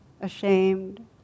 ashamed